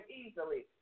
easily